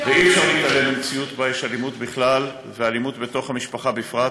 אי-אפשר להתעלם ממציאות שבה יש אלימות בכלל ואלימות בתוך המשפחה בפרט,